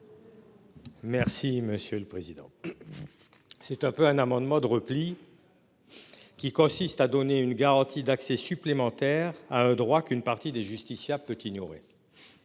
Merci monsieur le président. C'est un peu un amendement de repli. Qui consiste à donner une garantie d'accès supplémentaire à un droit qu'une partie des justiciables peut ignorer.